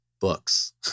books